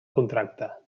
contracte